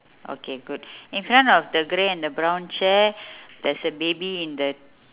okay good in front of the grey and the brown chair there's a baby in the